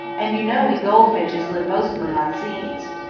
and you know we goldfinches live mostly on seeds.